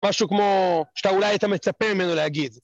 משהו כמו, שאתה אולי היית מצפה ממנו להגיד.